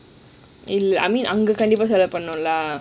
அங்க கண்டிப்பா செலவு பண்ணினோம்:anga kandippa selavu panninam lah